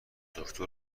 دکتر